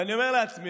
ואני אומר לעצמי: